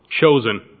Chosen